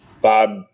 Bob